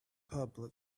public